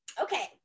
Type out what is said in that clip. okay